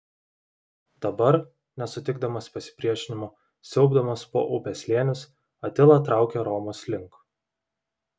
dabar nesutikdamas pasipriešinimo siaubdamas po upės slėnius atila traukia romos link